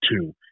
two